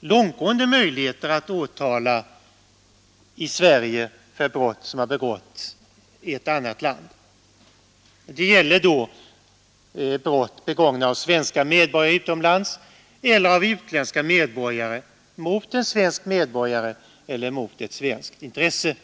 långtgående möjligheter att åtala i Sverige för brott som har begåtts i ett annat land. Det gäller då brott begångna av svensk medborgare utomlands eller av utländsk medborgare mot en svensk medborgare eller mot ett svenskt intresse.